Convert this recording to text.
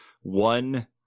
one